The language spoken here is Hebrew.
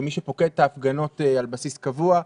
כמי שפוקד את ההפגנות על בסיס קבוע,